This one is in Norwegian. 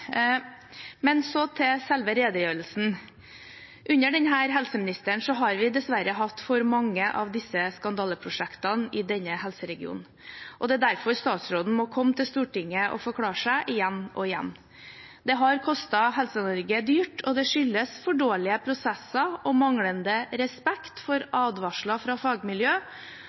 Men til selve redegjørelsen: Under denne helseministeren har vi dessverre hatt for mange av disse skandaleprosjektene i denne helseregionen. Det er derfor statsråden må komme til Stortinget og forklare seg igjen og igjen. Det har kostet Helse-Norge dyrt, og det skyldes for dårlige prosesser, manglende respekt for advarsler fra fagmiljøet